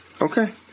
Okay